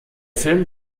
film